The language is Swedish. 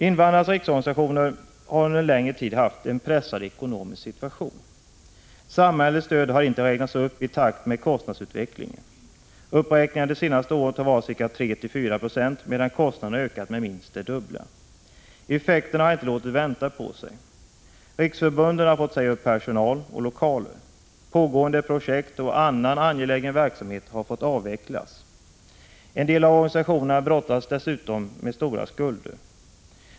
Invandrarnas riksorganisationer har under en längre tid haft en pressad ekonomisk situation. Samhällets stöd har inte räknats upp i takt med kostnadsutvecklingen. Uppräkningarna de senaste åren har varit 3-4 90, medan kostnaderna ökat med minst det dubbla. Effekterna har inte låtit vänta på sig. Riksförbunden har fått säga upp personal och lokaler. Pågående projekt och annan angelägen verksamhet har fått avvecklas. En del av organisationerna brottas dessutom med stora skulder.